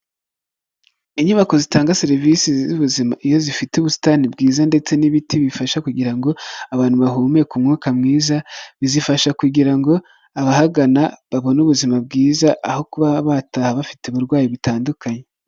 Inyubako zitanga serivisi z'ubuzima iyo zifite ubusitani bwiza ndetse n'ibiti bifasha kugira ngo abantu bahumeke umwuka mwiza, bizifasha kugira ngo abahagana babone ubuzima bwiza, aho kuba bataha bafite uburwayi butandukanye.